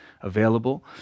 available